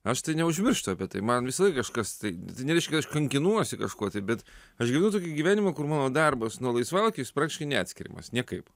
aš tai neužmirštu apie tai man visąlaik kažkas tai nereiškia kad aš kankinuosi kažkuo tai bet aš gyvenu tokį gyvenimą kur mano darbas nuo laisvalaikio jis praktiškai neatskiriamas niekaip